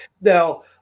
Now